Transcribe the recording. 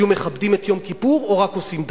היו מכבדים את יום כיפור או רק עושים דווקא?